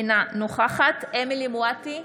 אינה נוכחת אמילי חיה מואטי,